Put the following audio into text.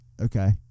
okay